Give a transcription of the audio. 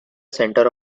center